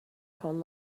found